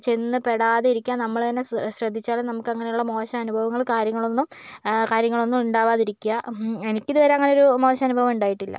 ചെന്ന് പെടാതിരിക്കാന് നമ്മള് തന്നെ ശ്ര ശ്രദ്ധിച്ചാല് നമുക്ക് അങ്ങനയുള്ള മോശം അനുഭവങ്ങള് കാര്യങ്ങളും ഒന്നും കാര്യങ്ങളൊന്നും ഉണ്ടാവാതിരിക്കുക എനിക്ക് ഇതുവരെ അങ്ങനെ ഒരു മോശം അനുഭവം ഉണ്ടായിട്ടില്ല